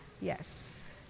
Yes